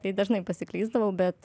tai dažnai pasiklysdavau bet